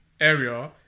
area